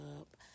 up